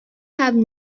have